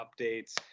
updates